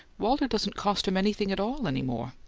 walter doesn't cost him anything at all any more.